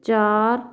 ਚਾਰ